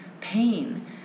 pain